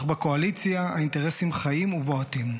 אך בקואליציה האינטרסים חיים ובועטים.